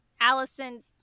allison